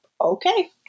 Okay